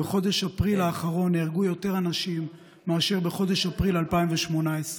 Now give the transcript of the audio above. בחודש אפריל האחרון נהרגו יותר אנשים מאשר בחודש אפריל 2018,